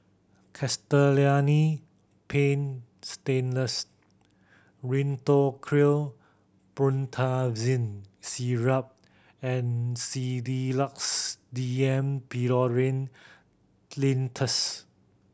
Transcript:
Castellani Paint Stainless Rhinathiol Promethazine Syrup and Sedilix D M Pseudoephrine Linctus